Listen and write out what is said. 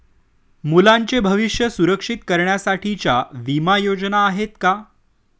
मुलांचे भविष्य सुरक्षित करण्यासाठीच्या विमा योजना आहेत का?